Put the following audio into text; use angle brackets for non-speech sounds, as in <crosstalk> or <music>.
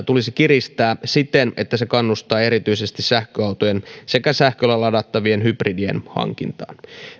<unintelligible> tulisi kiristää siten että se kannustaa erityisesti sähköautojen sekä sähköllä ladattavien hybridien hankintaan